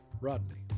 Rodney